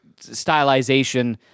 stylization